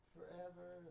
Forever